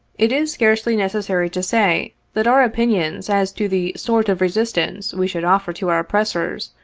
it is scarcely necessary to say, that our opinions as to the sort of resistance we should offer to our oppressors,